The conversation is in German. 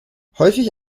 häufig